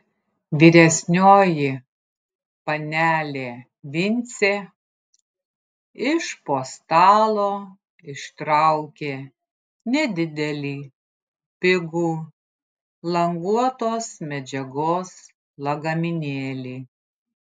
vyresnioji panelė vincė iš po stalo ištraukė nedidelį pigų languotos medžiagos lagaminėlį